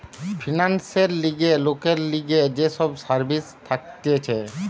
ফিন্যান্সের লিগে লোকের লিগে যে সব সার্ভিস থাকতিছে